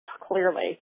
Clearly